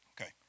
Okay